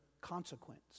consequence